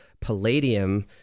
Palladium